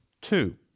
two